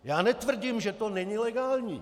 Já netvrdím, že to není legální.